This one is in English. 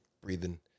breathing